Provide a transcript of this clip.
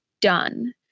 done